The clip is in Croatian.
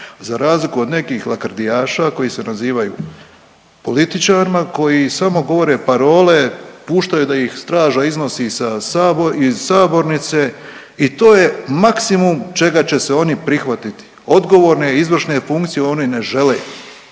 Za razliku od nekih lakrdijaša koji se nazivaju političarima koji samo govore parole, puštaju da ih straža iznosa sa .../nerazumljivo/... iz sabornice i to je maksimum čega će se oni prihvatiti. Odgovorne, izvršne funkcije oni ne žele.